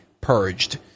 purged